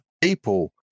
people